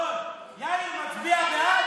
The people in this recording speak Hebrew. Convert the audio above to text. רון, יאיר מצביע בעד?